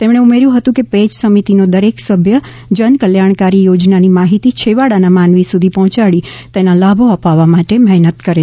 તેમણે ઉમેર્યું હતું કે પેજ સમિતિનો દરેક સભ્ય જનકલ્યાણકારી યોજનાની માહિતી છેવાડાના માનવી સુધી પહોંચાડી તેના લાભો અપાવવા માટે મહેનત કરે છે